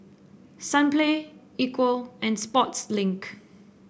Sunplay Equal and Sportslink